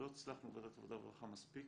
לא הצלחנו בוועדת עבודה ורווחה מספיק,